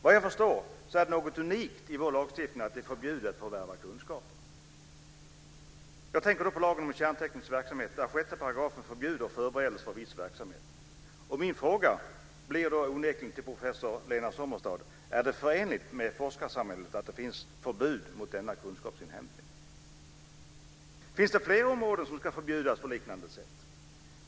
Vad jag förstår är det något unikt i vår lagstiftning att det är förbjudet att förvärva kunskaper. Jag tänker på lagen om kärnteknisk verksamhet där 6 § förbjuder förberedelser för viss verksamhet. Min fråga till professor Lena Sommerstad blir då: Är det förenligt med forskarsamhället att det finns förbud mot denna kunskapsinhämtning? Finns det fler områden som ska förbjudas på liknande sätt?